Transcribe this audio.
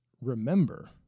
remember